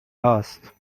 هاست